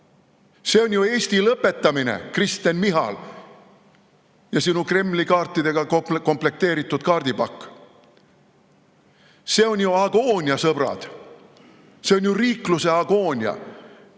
See on ju Eesti lõpetamine, Kristen Michal ja sinu Kremli-kaartidega komplekteeritud kaardipakk. See on ju agoonia, sõbrad! See on ju riikluse